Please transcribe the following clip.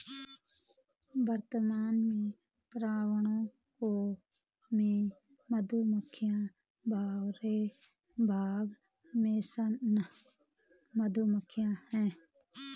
वर्तमान में परागणकों में मधुमक्खियां, भौरा, बाग मेसन मधुमक्खियाँ है